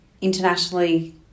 Internationally